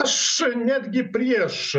aš netgi prieš